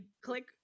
click